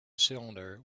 cylinder